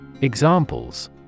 EXAMPLES